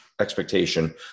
expectation